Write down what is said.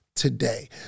Today